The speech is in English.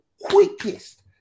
quickest